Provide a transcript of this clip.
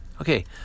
Okay